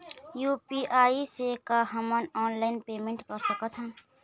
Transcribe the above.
UPI से का हमन ऑनलाइन पेमेंट कर सकत हन?